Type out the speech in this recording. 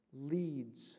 leads